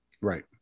Right